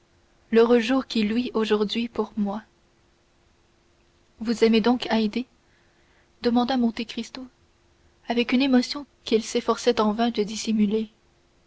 l'heureux jour qui luit aujourd'hui pour moi vous aimez donc haydée demanda monte cristo avec une émotion qu'il s'efforçait en vain de dissimuler